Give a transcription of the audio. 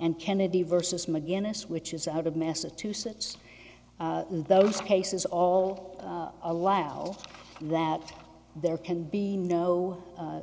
and kennedy versus mcguinness which is out of massachusetts and those cases all allow that there can be no